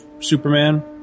Superman